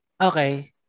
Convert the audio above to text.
Okay